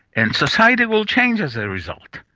and society will change as a result,